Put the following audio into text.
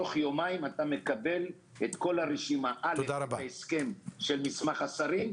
תוך יומיים תקבל את כל הרשימה על ההסכם של מסמך השרים,